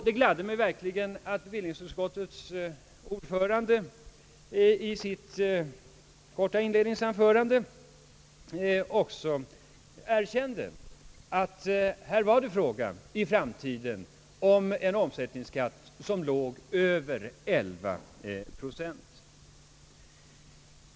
Det gladde mig verkligen att bevillningsutskottets ordförande i sitt inledningsanförande också erkönde att det för framtiden var fråga om en omsättningsskatt på över 11 procent.